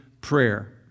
prayer